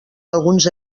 alguns